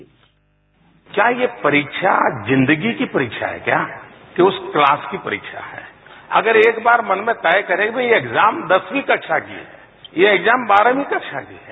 bite क्या ये परीक्षा जिंदगी की परीक्षा है क्या कि उस क्लास की परीक्षा है अगर एक बार मन में तय करें कि भई ये एग्जाम दसवीं कक्षा की है यह एग्जाम बाहरवीं कक्षा की है